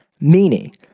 Meaning